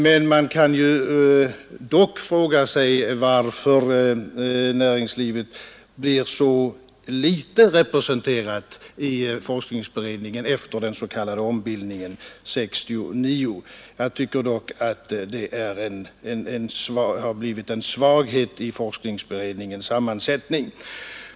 Men man kan fråga sig varför näringslivet har blivit så dåligt representerat i forskningsberedningen efter den s.k. ombildningen 1969. Jag tycker att det har medfört en svaghet i forskningsberedningens sammansättning.